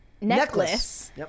necklace